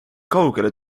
kaugele